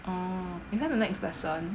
orh before the next lesson